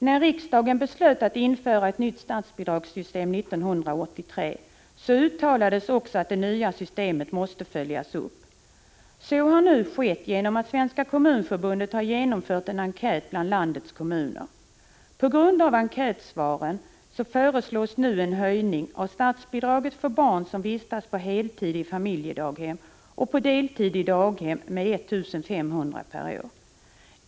När riksdagen beslöt att införa ett nytt statsbidragssystem 1983 uttalade man också att det nya systemet måste följas upp. Så har nu skett genom att Svenska kommunförbundet har genomfört en enkät bland landets kommuner. På grund av enkätsvaren föreslås nu en höjning av statsbidraget för barn som vistas på heltid i familjedaghem och för barn som vistas på deltid i daghem med 1 500 kr. per år.